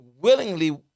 willingly